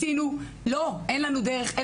ניסינו, לא, אין לנו דרך.